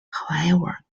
however